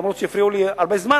אף-על-פי שהפריעו לי הרבה זמן,